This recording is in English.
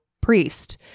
priest